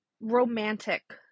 romantic